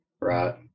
right